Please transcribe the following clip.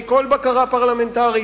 מכל בקרה פרלמנטרית.